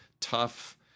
tough